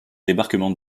débarquement